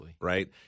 Right